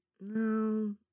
no